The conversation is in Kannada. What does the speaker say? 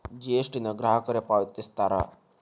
ಜಿ.ಎಸ್.ಟಿ ನ ಗ್ರಾಹಕರೇ ಪಾವತಿಸ್ತಾರಾ